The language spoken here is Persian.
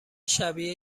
شبیه